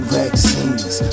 vaccines